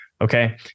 Okay